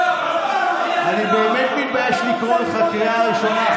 אני באמת מתבייש לקרוא אותך בקריאה ראשונה.